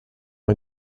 est